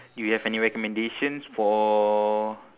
do you have any recommendations for